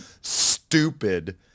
stupid